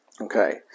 okay